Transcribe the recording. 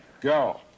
go